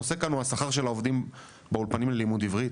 הנושא הוא השכר של העובדים באולפנים ללימוד עברית.